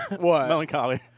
Melancholy